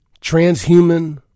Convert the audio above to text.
transhuman